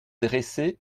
dressée